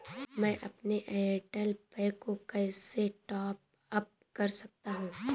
मैं अपने Airtel pack को कैसे टॉप अप कर सकता हूँ?